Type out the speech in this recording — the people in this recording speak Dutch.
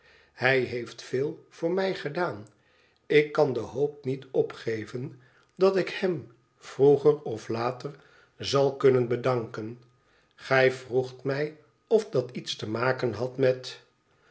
hij heeft veel voor mij gedaan ik kan de hoop niet opgeven dat ik hem vroeger of later zal kunnen bedanken gij vroegt mij of dat iets te maken had met